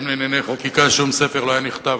לענייני חקיקה שום ספר לא היה נכתב,